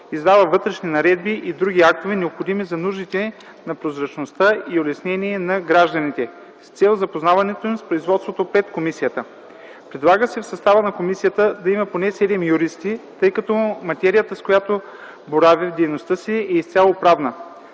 издава вътрешни наредби и други актове, необходими за нуждите на прозрачността и за улеснение на гражданите с цел запознаването им с производството пред комисията. Предлага се в състава на комисията да има поне 7 юристи, тъй като материята, с която борави в дейността си, е изцяло правна.